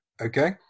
Okay